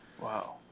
Wow